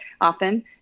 often